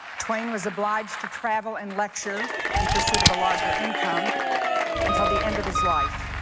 twain was obliged to travel and lecture in pursuit of a larger income until the end of his life.